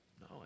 No